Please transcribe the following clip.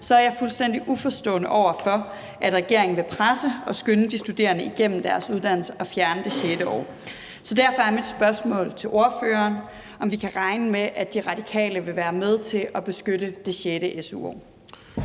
er, er jeg fuldstændig uforstående over for, at regeringen vil presse og få de studerende til at skynde sig igennem deres uddannelse og fjerne det sjette år. Derfor er mit spørgsmål til ordføreren: Kan vi regne med, at De Radikale vil være med til at beskytte det sjette